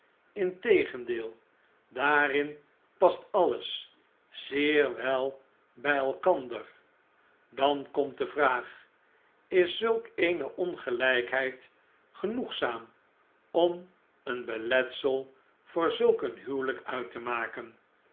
integendeel daarin past alles zeer wel bij elkander dan komt de vraag is zulk eene ongelijkheid genoegzaam om een beletsel voor zulk een huwelyk uit te maken